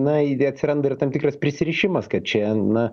na idėja atsiranda ir tam tikras prisirišimas kad čia na